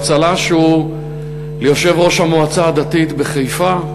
והצל"ש הוא ליושב-ראש המועצה הדתית בחיפה,